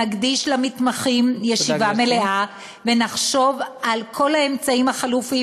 נקדיש למתמחים ישיבה מלאה ונחשוב על כל האמצעים החלופיים